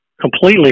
Completely